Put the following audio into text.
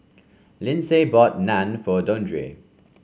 Lindsay bought Naan for Dondre